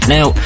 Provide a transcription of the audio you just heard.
Now